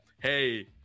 hey